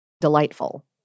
delightful